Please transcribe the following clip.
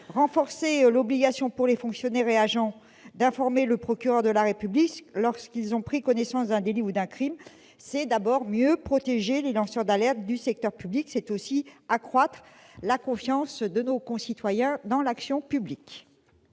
Renforcer l'obligation pour les fonctionnaires et agents d'informer le procureur de la République lorsqu'ils ont pris connaissance d'un délit ou d'un crime, c'est d'abord mieux protéger les lanceurs d'alerte du secteur public. C'est aussi accroître la confiance de nos concitoyens dans l'action publique.